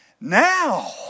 Now